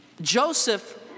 Joseph